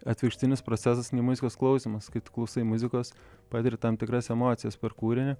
atvirkštinis procesas nei muzikos klausymas kai tu klausai muzikos patiri tam tikras emocijas per kūrinį